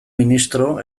ministro